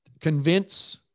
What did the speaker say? convince